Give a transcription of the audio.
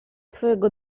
twojego